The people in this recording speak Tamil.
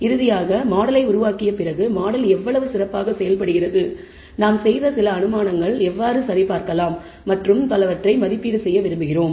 இறுதியாக மாடலை உருவாக்கிய பிறகு மாடல் எவ்வளவு சிறப்பாக செயல்படுகிறது நாம் செய்த சில அனுமானங்களை எவ்வாறு சரிபார்க்கலாம் மற்றும் பலவற்றை மதிப்பீடு செய்ய விரும்புகிறோம்